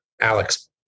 Alex